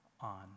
on